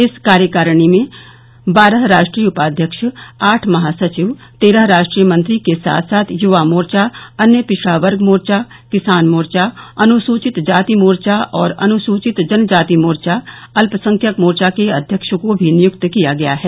इस कार्यकारिणी में बारह राष्ट्रीय उपाध्यक्ष आठ महासचिव तेरह राष्ट्रीय मंत्री के साथ साथ युवा मोर्चा अन्य पिछड़ा वर्ग मोर्चा किसान मोर्चा अनुसूचित जाति मोर्चा और अनुसूचित जनजाति मोर्चा अल्पसंख्यक मोर्चा के अध्यक्ष को भी नियुक्त किया गया है